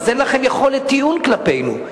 אז אין לכם יכולת טיעון כלפינו.